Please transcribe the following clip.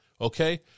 Okay